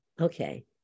Okay